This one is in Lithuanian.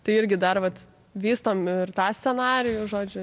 tai irgi dar vat vystom ir tą scenarijų žodžių